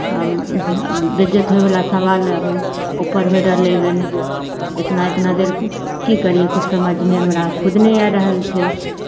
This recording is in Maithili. बेज्जैत होइ बला सबाल आब उपरमे रहलै गन एतना एतना देर की करियै किछु समझमे हमरा खुद नहि आबि रहल छै